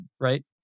right